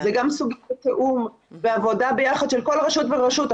זה גם סוגיית תיאום ועבודה ביחד של כל רשות ורשות.